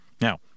Now